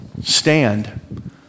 Stand